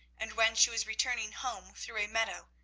and when she was returning home through a meadow,